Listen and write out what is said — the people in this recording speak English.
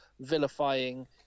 vilifying